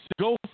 go